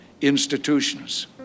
institutions